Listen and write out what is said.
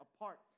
apart